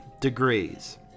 degrees